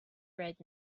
right